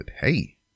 hey